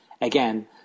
Again